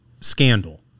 scandal